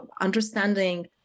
understanding